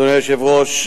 אדוני היושב-ראש,